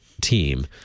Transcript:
team